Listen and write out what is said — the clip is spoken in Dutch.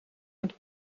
het